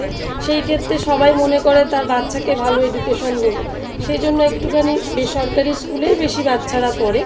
সেই ক্ষেত্রে সবাই মনে করে তার বাচ্চাকে ভালো এডুকেশন দেবো সেই জন্য একটুখানি বেসরকারি স্কুলেই বেশি বাচ্চারা পড়ে